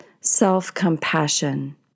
self-compassion